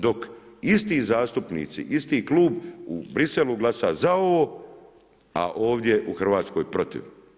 Dok isti zastupnici, isti klub u Bruxellesu glasa za ovo, a ovdje u Hrvatskoj protiv.